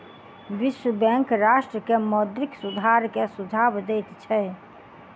विश्व बैंक राष्ट्र के मौद्रिक सुधार के सुझाव दैत छै